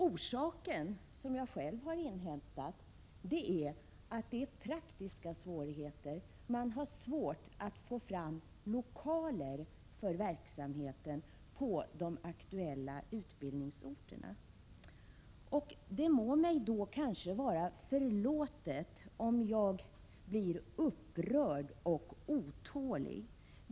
Orsaken, som jag själv har inhämtat, är praktiska svårigheter. Man har svårt att få fram lokaler för verksamheten på de aktuella utbildningsorterna. Det må väl kanske vara förlåtet om jag blir upprörd och otålig.